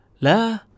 La